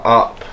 up